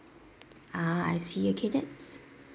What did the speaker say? ah I see okay that's